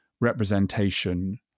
representation